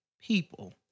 people